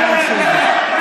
לך.